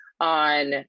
on